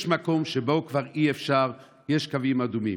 יש מקום שבו כבר אי-אפשר, יש קווים אדומים.